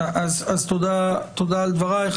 תודה על דברייך,